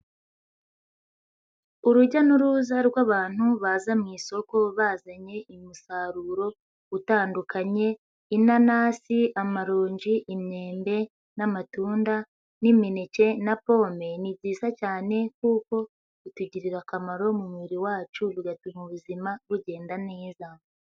Urujya n'uruza rw'abantu baza mu isoko bazanye umusaruro utandukanye inanasi, amaronji imyembe n'amatunda n'imineke na pome, ni byiza cyane kuko bitugirira akamaro mu mubiri wacu bigatuma ubuzima bugenda neza.